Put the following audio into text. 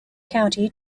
county